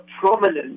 prominent